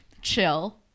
chill